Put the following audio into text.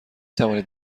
توانید